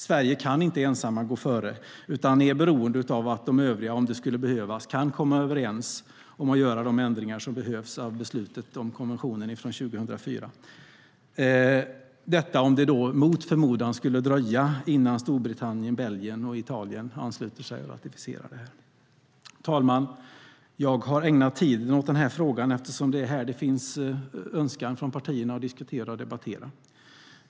Sverige kan inte ensamt gå före utan är beroende av att de övriga, om det skulle behövas, kan komma överens om att göra de ändringar som behövs av beslutet om konventionen från 2004. Detta om det mot förmodan skulle dröja innan Storbritannien, Belgien och Italien ansluter sig och ratificerar. Herr talman! Jag har ägnat min talartid åt den här frågan eftersom det är det här som det finns önskan från partierna om att debattera.